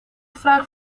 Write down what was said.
vraag